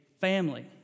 family